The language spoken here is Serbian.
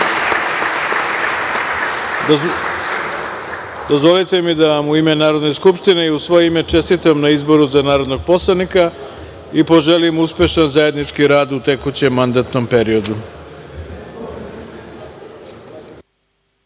zakletve. Dozvolite mi da Vam, u ime Narodne skupštine i u svoje ime čestitam na izboru za narodnog poslanika i poželim uspešan zajednički rad u tekućem mandatnom